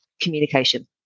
communication